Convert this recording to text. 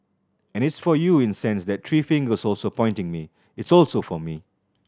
and it's for you in sense that three fingers also pointing me it's also for me